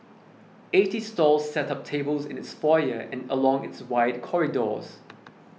eighty stalls set up tables in its foyer and along its wide corridors